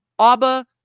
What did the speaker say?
Abba